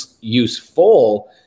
useful